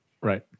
Right